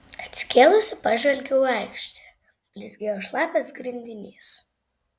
atsikėlusi pažvelgiau į aikštę blizgėjo šlapias grindinys